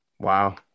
Wow